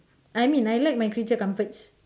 I mean I like my creature comforts